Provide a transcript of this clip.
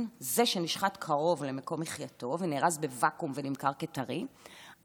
שנשחט קרוב למקום מחייתו ונמכר כטרי,